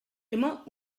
immer